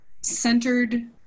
centered